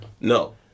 No